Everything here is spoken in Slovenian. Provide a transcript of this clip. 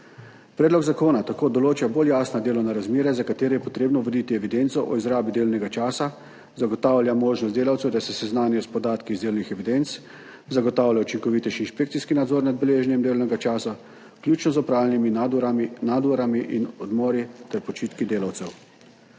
Predlog zakona tako določa bolj jasna delovna razmerja, za katera je potrebno voditi evidenco o izrabi delovnega časa, zagotavlja možnost delavcev, da se seznanijo s podatki iz delovnih evidenc, zagotavlja učinkovitejši inšpekcijski nadzor nad beleženjem delovnega časa, vključno z opravljenimi nadurami in odmori ter počitki delavcev.